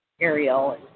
Ariel